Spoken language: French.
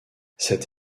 cette